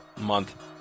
month